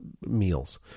meals